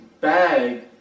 bag